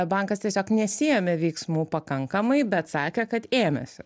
bankas tiesiog nesiėmė veiksmų pakankamai bet sakė kad ėmėsi